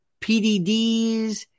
PDDs